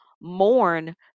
mourn